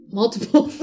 multiple